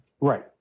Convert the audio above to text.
Right